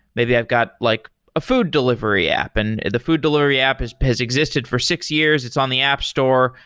maybe i've got like a food delivery app, and the food delivery app has has existed for six years. it's on the app store.